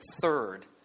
third